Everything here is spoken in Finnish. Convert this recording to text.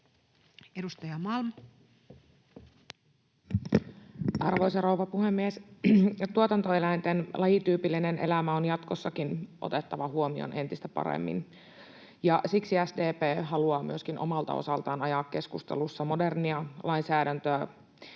Content: Arvoisa rouva puhemies! Tuotantoeläinten lajityypillinen elämä on jatkossakin otettava huomioon entistä paremmin, ja siksi SDP haluaa myöskin omalta osaltaan ajaa keskustelussa modernia lainsäädäntöä,